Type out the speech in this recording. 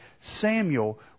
Samuel